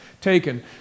taken